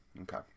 Okay